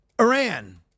Iran